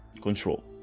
control